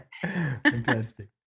Fantastic